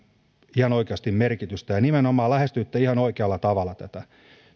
ihan oikeasti merkitystä nimenomaan lähestyitte ihan oikealla tavalla tätä